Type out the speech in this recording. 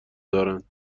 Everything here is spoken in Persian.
دارند